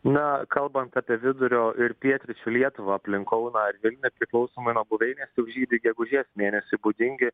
na kalbant apie vidurio ir pietryčių lietuvą aplink kauną ir vilnių priklausomai nuo buveinės jau žydi gegužės mėnesiui būdingi